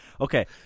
Okay